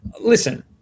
listen